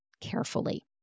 carefully